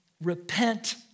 repent